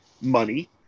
money